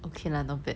okay lah not bad